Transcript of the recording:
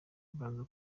mbanza